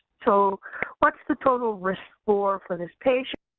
so what's the total risk score for this patient?